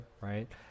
right